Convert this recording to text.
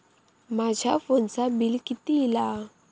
माझ्या फोनचा बिल किती इला?